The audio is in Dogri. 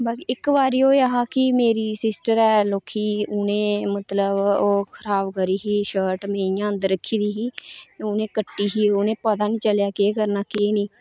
इक्क बारी होया हा की मेरी सिस्टर ऐ लौह्की उ'नें मतलब ओह् खराब करी ही शर्ट इं'या में अंदर रक्खी दी ही उ'नें कट्टी ही उ'नेंगी पता निं चलेआ केह् करना केह् नेईं